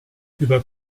über